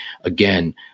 again